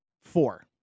four